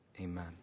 Amen